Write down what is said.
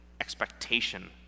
expectation